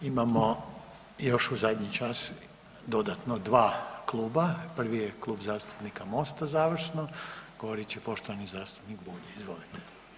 Imamo još u zadnji čas dodatno dva kluba, prvi je Klub zastupnika MOST-a završno, govorit će poštovani zastupnik Bulj, izvolite.